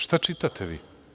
Šta čitate vi?